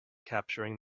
capturing